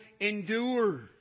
endure